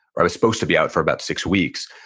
i was supposed to be out for about six weeks.